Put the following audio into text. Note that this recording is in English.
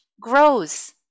grows